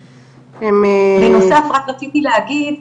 בנוסף רק רציתי להגיד,